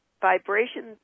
vibration